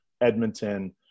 Edmonton